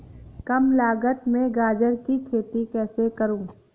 कम लागत में गाजर की खेती कैसे करूँ?